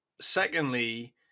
secondly